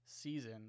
season